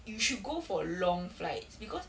you should go for long flights because